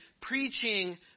preaching